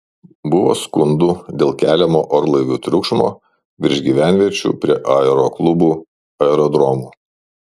buvo skundų dėl keliamo orlaivių triukšmo virš gyvenviečių prie aeroklubų aerodromų